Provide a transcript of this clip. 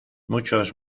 muchos